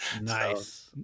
nice